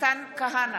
מתן כהנא,